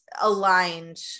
aligned